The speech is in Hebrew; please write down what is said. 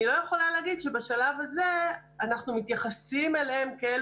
אני לא יכולה להגיד שבשלב הזה אנחנו מתייחסים אליהם כאל